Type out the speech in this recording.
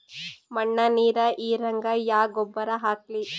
ಮಣ್ಣ ನೀರ ಹೀರಂಗ ಯಾ ಗೊಬ್ಬರ ಹಾಕ್ಲಿ?